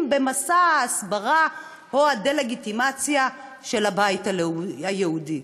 במסע ההסברה או הדה-לגיטימציה של הבית היהודי.